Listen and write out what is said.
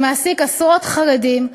שמעסיק עשרות חרדים,